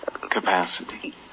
capacity